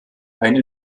einen